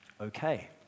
Okay